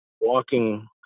walking